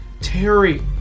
Terry